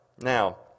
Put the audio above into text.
Now